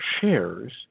shares